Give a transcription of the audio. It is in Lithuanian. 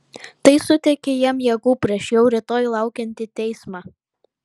tai suteikia jam jėgų prieš jau rytoj laukiantį teismą